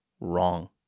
wrong